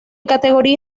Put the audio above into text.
categoría